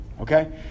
okay